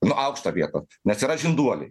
nu aukštą vietą nes yra žinduoliai